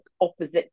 opposite